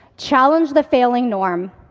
challenge the failing norm,